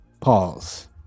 Pause